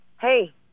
hey